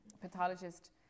pathologist